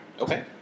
Okay